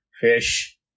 fish